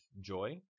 joy